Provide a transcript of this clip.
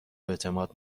اعتماد